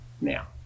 now